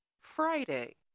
Friday